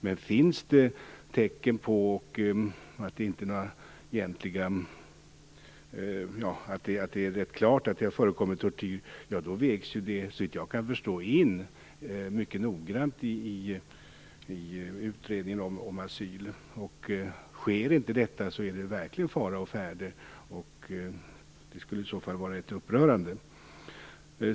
Men finns det tecken som tyder på att det är klart att det har förekommit tortyr, så vägs detta, såvitt jag kan förstå, mycket noggrant in i utredningen om asyl. Sker inte detta är det verkligen fara å färde. Det skulle i så fall vara rätt upprörande.